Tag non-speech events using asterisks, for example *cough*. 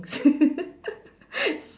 *laughs*